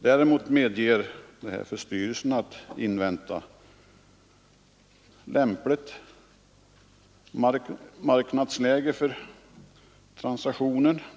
Däremot medger förfarandet att styrelsen kan invänta ett lämpligt marknadsläge för transaktionen.